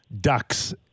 Ducks